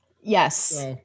Yes